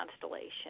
constellation